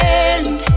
end